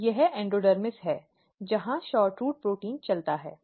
यह एंडोडर्मिस है जहां SHORTROOT प्रोटीन चलता है